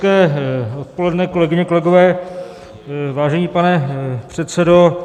Hezké odpoledne, kolegyně, kolegové, vážený pane předsedo.